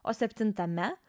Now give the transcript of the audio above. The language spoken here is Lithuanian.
o septintame